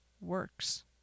works